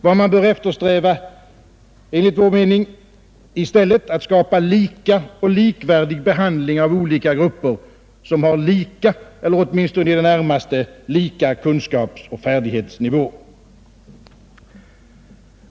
Vad man enligt vår mening i stället bör eftersträva är att skapa lika och likvärdig behandling av olika grupper som har lika eller åtminstone i det närmaste lika kunskapsoch färdighetsnivå.